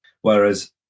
Whereas